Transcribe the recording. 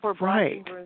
Right